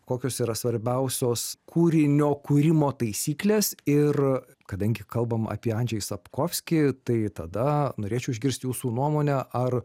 kokios yra svarbiausios kūrinio kūrimo taisyklės ir kadangi kalbam apie andžej sapkovski tai tada norėčiau išgirst jūsų nuomonę ar